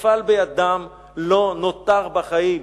שנפל בידם לא נותר בחיים.